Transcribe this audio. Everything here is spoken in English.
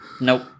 Nope